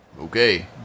Okay